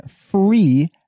free